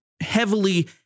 heavily